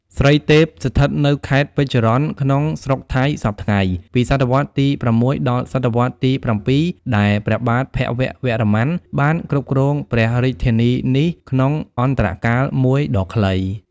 ស្រីទេព ស្ថិតនៅខេត្ត ពេជ្ររ៉ុន ក្នុងស្រុកថៃសព្វថ្ងៃ ពីសតវត្សរ៍ទី៦ ដល់ សតវត្សរ៍ទី៧ ដែលព្រះបាទភវវរ្ម័នបានគ្រប់គ្រងព្រះរាជធានីនេះ ក្នុងអន្តរកាលមួយ ដ៏ខ្លី ។